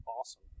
awesome